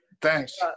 Thanks